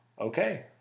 okay